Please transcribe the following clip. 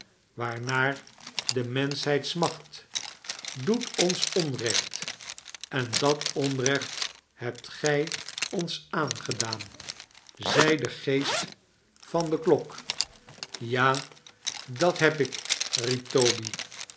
waarnaar de menschheid smacht doet ons onrecht en dat onrecht hebt gij ons aangedaan zei de gee st van de klok ja dat heb ik riep tobv